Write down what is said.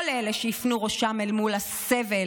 כל אלה שהפנו ראשם אל מול הסבל,